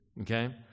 Okay